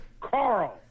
Carl